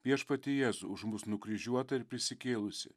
viešpatį jėzų už mus nukryžiuotą ir prisikėlusį